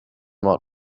more